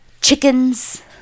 chickens